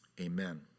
Amen